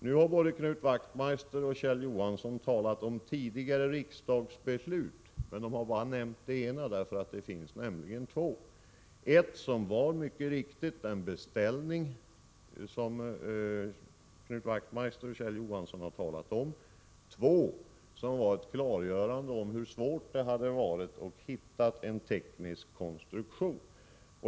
Nu har både Kjell Johansson och Knut Wachtmeister talat om tidigare riksdagsbeslut. De har dock bara nämnt det ena, men det finns två. Det första, som Knut Wachtmeister och Kjell Johansson har nämnt, var mycket riktigt en beställning. Det andra var ett klargörande av hur svårt det hade varit att hitta en teknisk konstruktion.